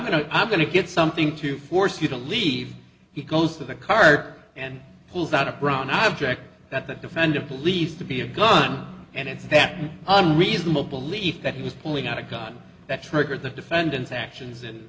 know i'm going to get something to force you to leave he goes to the card and pulls out a brown object that the defender believes to be a gun and it's that reasonable belief that he was pulling out a gun that triggered the defendant's actions in